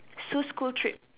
Sue's school trip